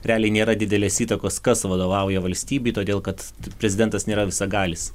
realiai nėra didelės įtakos kas vadovauja valstybei todėl kad prezidentas nėra visagalis